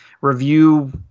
review